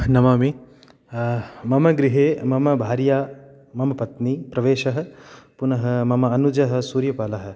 नमामि मम गृहे मम भार्या मम पत्नी प्रवेशः पुनः मम अनुजः सूर्यपालः